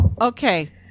Okay